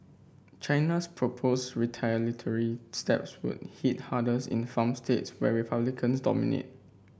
China's proposed retaliatory steps would hit hardest in farm states where Republicans dominate